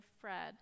Fred